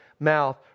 mouth